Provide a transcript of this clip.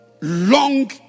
long